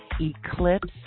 eclipse